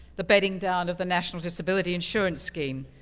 the bedding down of the national disability insurance scheme,